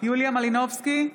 יוליה מלינובסקי,